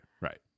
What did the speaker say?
right